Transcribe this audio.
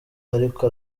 ariko